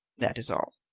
that is all.